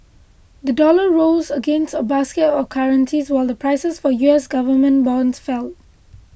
the dollar rose against a basket of currencies while prices for U S government bonds fell